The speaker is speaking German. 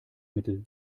mittel